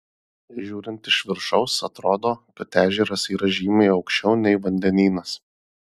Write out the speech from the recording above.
žiūrint iš viršaus atrodo kad ežeras yra žymiai aukščiau nei vandenynas